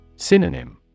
Synonym